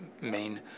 main